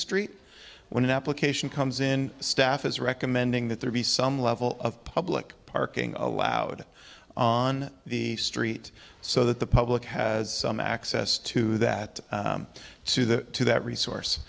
street when an application comes in staff is recommending that there be some level of public parking allowed on the street so that the public has some access to that to the to that resource